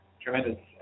tremendous